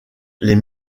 les